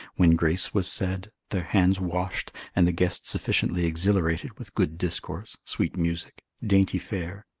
when grace was said, their hands washed, and the guests sufficiently exhilarated, with good discourse, sweet music, dainty fare,